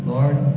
Lord